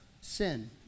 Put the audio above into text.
Sin